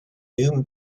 new